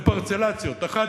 לפרצלציות: האחת,